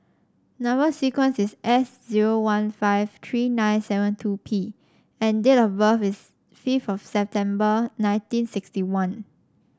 number sequence is S zero one five three nine seven two P and date of birth is fifth of September nineteen sixty one